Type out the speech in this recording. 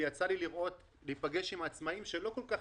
ויצא לי להיפגש עם עצמאים שלא כל כך